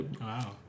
Wow